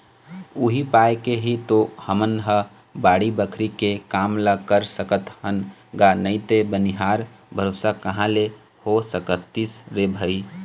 उही पाय के ही तो हमन ह बाड़ी बखरी के काम ल कर सकत हन गा नइते बनिहार भरोसा कहाँ ले हो सकतिस रे भई